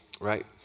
right